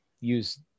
use